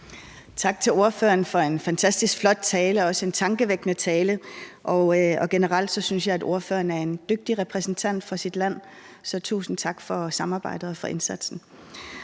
Tak til ordføreren for en fantastisk flot og også tankevækkende tale. Generelt synes jeg, at ordføreren er en dygtig repræsentant for sit land. Så tusind tak for samarbejdet og indsatsen.